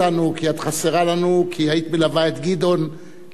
כי היית מלווה את גדעון לבית הזה כמעט בכל יום.